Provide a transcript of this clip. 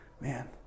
man